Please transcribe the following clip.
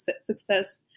success